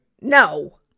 No